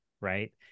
right